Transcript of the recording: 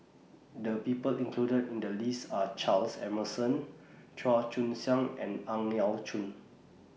The People included in The list Are Charles Emmerson Chua Joon Siang and Ang Yau Choon